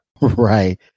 Right